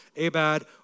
Abad